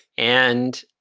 and